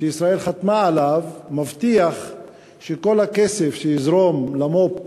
שישראל חתמה עליו מבטיח שכל הכסף שיזרום למו"פ